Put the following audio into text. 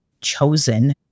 chosen